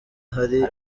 hari